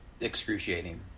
excruciating